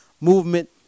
movement